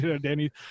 Danny